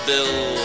Bill